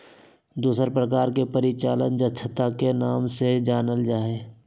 दूसर प्रकार के परिचालन दक्षता के नाम से जानल जा हई